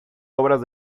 obras